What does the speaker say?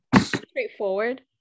straightforward